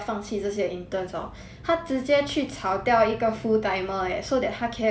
他直接去炒掉一个 full timer eh so that 他 can 他可以 afford to pay